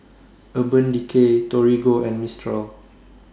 Urban Decay Torigo and Mistral